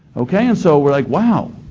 okay, and so we're like, wow,